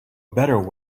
better